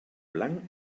blanc